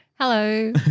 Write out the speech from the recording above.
Hello